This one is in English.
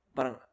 Parang